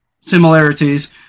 similarities